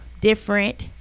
different